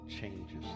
changes